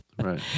right